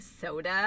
soda